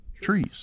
trees